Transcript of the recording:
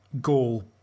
goal